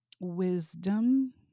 wisdom